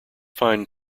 fine